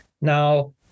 now